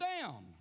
down